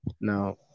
Now